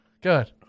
Good